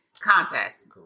contest